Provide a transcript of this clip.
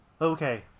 Okay